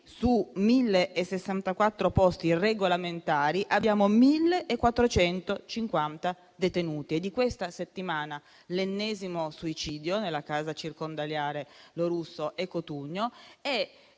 su 1.064 posti regolamentari, abbiamo 1.450 detenuti. È di questa settimana l'ennesimo suicidio nella casa circondariale «Lorusso e Cutugno».